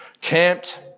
camped